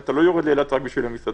אתה לא יורד לאילת רק בשביל המסעדות,